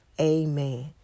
Amen